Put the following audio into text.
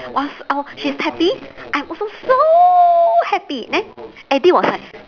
!wah! s~ I she's happy I'm also so happy then eddie was like